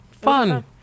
fun